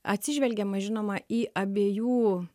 atsižvelgiama žinoma į abiejų